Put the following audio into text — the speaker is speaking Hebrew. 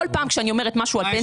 כל פעם כשאני אומרת משהו על פנסיה.